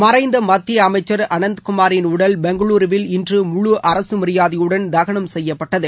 மறைந்த மத்திய அமைச்ச் அனந்தகுமாின் உடல் பெங்களூருவில் இன்று முழு அரசு மரியாதையுடன் தகனம் செய்யப்பட்டது